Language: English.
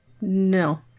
No